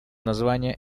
названия